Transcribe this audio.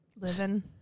Living